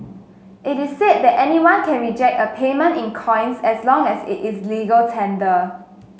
it is said that anyone can reject a payment in coins as long as it is legal tender